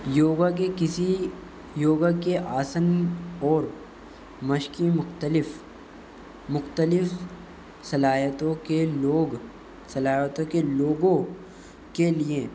یوگا کے کسی یوگا کے آسن اور مشکیں مکتلف مکتلف صلاحیتوں کے لوگ صلاحیتوں کے لوگوں کے لیے